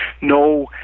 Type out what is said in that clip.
no